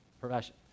profession